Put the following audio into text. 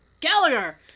Gallagher